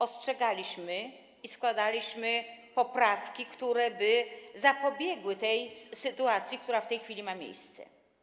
Ostrzegaliśmy i składaliśmy poprawki, które by zapobiegły sytuacji, która w tej chwili ma miejsce.